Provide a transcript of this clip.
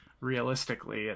realistically